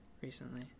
recently